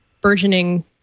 burgeoning